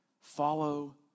Follow